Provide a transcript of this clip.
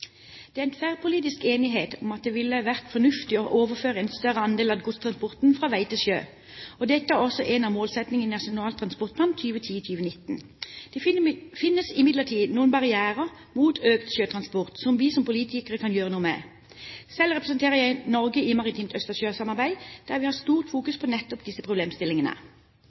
Det er en tverrpolitisk enighet om at det ville vært fornuftig å overføre en større andel av godstrafikken fra vei til sjø, og dette er også en av målsettingene i Nasjonal transportplan 2010–2019. Det finnes imidlertid noen barrierer mot økt sjøtransport som vi som politikere kan gjøre noe med. Selv representerer jeg Norge i Maritimt Østersjøsamarbeid, der vi har stort fokus på nettopp disse problemstillingene.